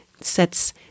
sets